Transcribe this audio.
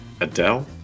Adele